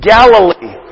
Galilee